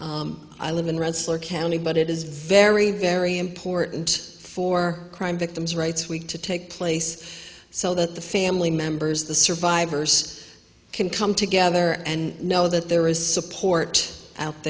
wrestler county but it is very very important for crime victims rights week to take place so that the family members the survivors can come together and know that there is support out